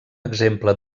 exemple